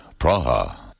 Praha